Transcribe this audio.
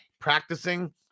practicing